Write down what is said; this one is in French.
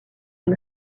une